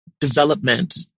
development